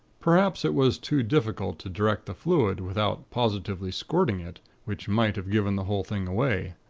perhaps it was too difficult to direct the fluid, without positively squirting it, which might have given the whole thing away.